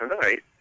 tonight